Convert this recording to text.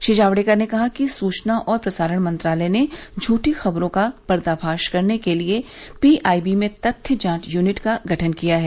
श्री जावड़ेकर ने कहा कि सूचना और प्रसारण मंत्रालय ने झूठी खबरों का पर्दाफाश करने के लिए पीआईबी में तथ्य जांच यूनिट का गठन किया है